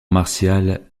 martiale